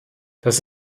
das